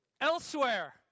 Elsewhere